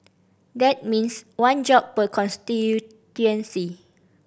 that means one job per constituency